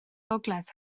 gogledd